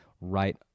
right